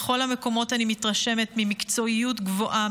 בכל המקומות אני מתרשמת ממקצועיות גבוהה,